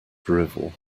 drivel